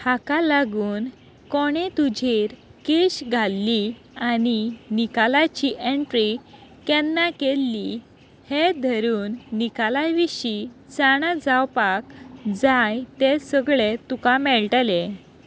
हाका लागून कोणे तुजेर केश घाल्ली आनी निकालाची एन्ट्री केन्ना केल्ली हें धरून निकाला विशीं जाणा जावपाक जाय ते सगळे तुका मेळटले